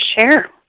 share